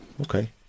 Okay